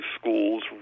schools